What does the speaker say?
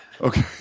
Okay